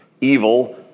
evil